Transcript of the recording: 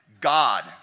God